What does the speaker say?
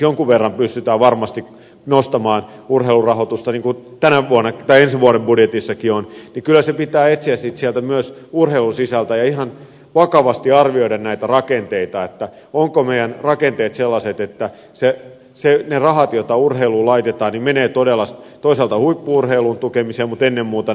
jonkun verran pystytään varmasti nostamaan urheilurahoitusta niin kuin ensi vuoden budjetissakin on niin kyllä se pitää etsiä sitten myös sieltä urheilun sisältä ja ihan vakavasti arvioida näitä rakenteita ovatko meidän rakenteemme sellaiset että ne rahat joita urheiluun laitetaan menevät todella toisaalta huippu urheilun tukemiseen mutta ennen muuta näiden lasten ja nuorten harrastamiseen